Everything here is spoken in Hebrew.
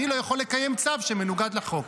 אני לא יכול לקיים צו שמנוגד לחוק.